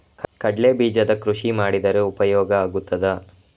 ಕಡ್ಲೆ ಬೀಜದ ಕೃಷಿ ಮಾಡಿದರೆ ಉಪಯೋಗ ಆಗುತ್ತದಾ?